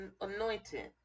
anointing